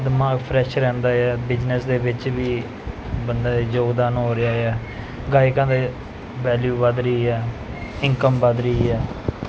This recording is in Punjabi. ਦਿਮਾਗ ਫਰੈਸ਼ ਰਹਿੰਦਾ ਹੈ ਬਿਜ਼ਨਸ ਦੇ ਵਿੱਚ ਵੀ ਬੰਦੇ ਦਾ ਯੋਗਦਾਨ ਹੋ ਰਿਹਾ ਆ ਗਾਇਕਾਂ ਦੀ ਵੈਲਿਊ ਵਧ ਰਹੀ ਹੈ ਇਨਕਮ ਵੱਧ ਰਹੀ ਹੈ